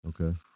Okay